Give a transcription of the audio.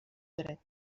dret